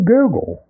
Google